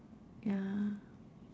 ya